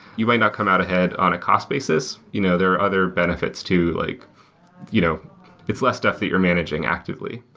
you might not come out ahead on a cost basis. you know there are other benefits too, like you know it's less stuff that you're managing actively.